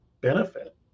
benefit